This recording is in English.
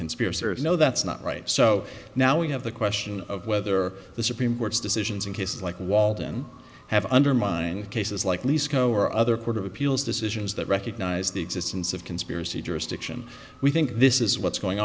conspiracy there is no that's not right so now we have the question of weather the supreme court's decisions in cases like walden have undermined cases like lease co or other court of appeals decisions that recognize the existence of conspiracy jurisdiction we think this is what's going